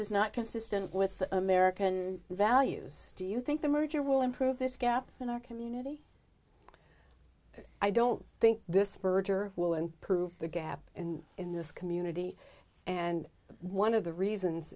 is not consistent with american values do you think the merger will improve this gap in our community i don't think this merger will end proof the gap in this community and one of the reasons